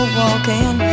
walking